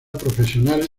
profesional